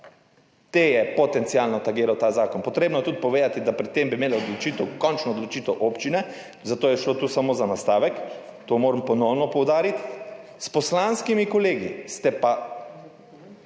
te je potencialno tangiral ta zakon. Treba je tudi povedati, da bi pri tem imele končno odločitev občine, zato je šlo tu samo za nastavek, to moram ponovno poudariti, s poslanskimi kolegi ste pa